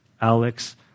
Alex